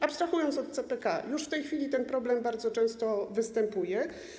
Abstrahując od CPK, już w tej chwili ten problem bardzo często występuje.